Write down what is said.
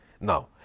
Now